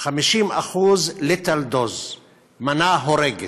lethal dose 50% מנה הורגת,